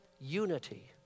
unity